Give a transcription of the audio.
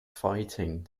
fighting